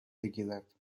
بگیرد